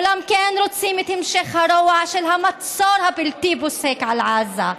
אולם כן רוצים את המשך הרוע של המצור הבלתי-פוסק על עזה,